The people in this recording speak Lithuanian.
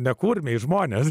ne kurmiai žmones